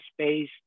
space